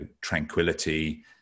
tranquility